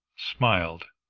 smiled,